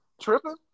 tripping